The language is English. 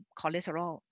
cholesterol